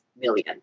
million